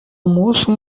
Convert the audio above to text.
almoço